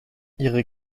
ihre